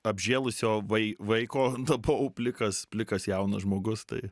apžėlusio vai vaiko tapau plikas plikas jaunas žmogus tai